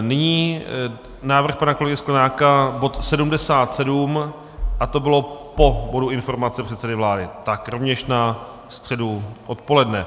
Nyní návrh pana kolegy Sklenáka bod 77, a to bylo po bodu informace předsedy vlády, rovněž na středu odpoledne.